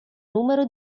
numero